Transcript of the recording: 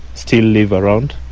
still live around,